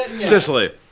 Sicily